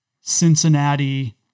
Cincinnati